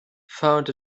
found